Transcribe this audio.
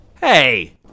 Hey